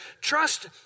trust